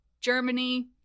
Germany